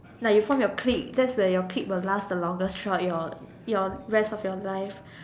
like you form your clique that's where your clique will last the longest throughout your your rest of your life